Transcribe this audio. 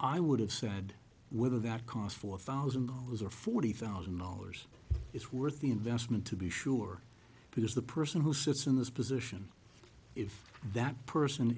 i would have said whether that cost four thousand dollars or forty thousand dollars is worth the investment to be sure because the person who sits in this position if that person